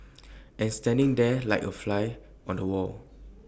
and standing there like A fly on the wall